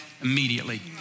immediately